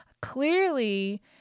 clearly